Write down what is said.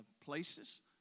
places